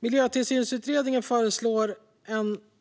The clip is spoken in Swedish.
Miljötillsynsutredningen föreslår